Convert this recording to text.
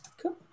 Cool